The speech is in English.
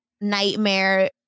nightmare